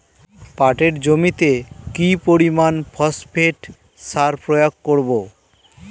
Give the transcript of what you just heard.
পাটের জমিতে কি পরিমান ফসফেট সার প্রয়োগ করব?